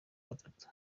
gatatu